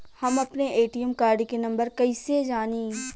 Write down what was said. हम अपने ATM card के नंबर कइसे जानी?